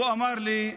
הוא אמר לי: